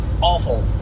awful